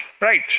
Right